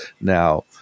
Now